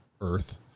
earth